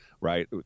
Right